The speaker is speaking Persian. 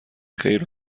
خیر